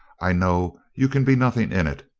i know you can be nothing in it,